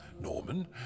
Norman